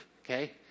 okay